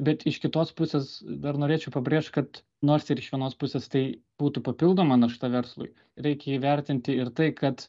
bet iš kitos pusės dar norėčiau pabrėžt kad nors ir iš vienos pusės tai būtų papildoma našta verslui reikia įvertinti ir tai kad